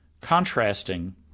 contrasting